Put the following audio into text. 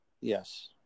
Yes